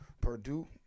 Purdue